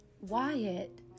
Wyatt